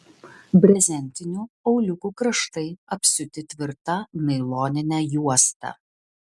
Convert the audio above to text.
brezentinių auliukų kraštai apsiūti tvirta nailonine juosta